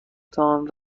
تان